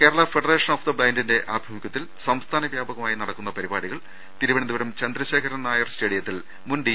Kerala federation of the ബ്ലൈന്റിന്റെ ആഭിമുഖ്യത്തിൽ സംസ്ഥാന വ്യാപകമായി നടക്കുന്ന പരിപാടികൾ തിരുവനന്തപുരം ചന്ദ്രശേഖരൻ നായർ സ്റ്റേഡിയത്തിൽ മുൻ ഡി